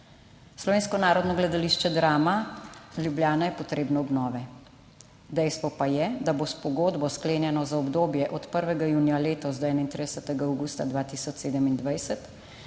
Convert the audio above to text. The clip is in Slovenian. Slovensko narodno gledališče Drama Ljubljana je potrebno obnove, dejstvo pa je, da bo s pogodbo, sklenjeno za obdobje od 1. junija letos do 31. avgusta 2027,